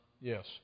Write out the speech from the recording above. Yes